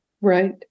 right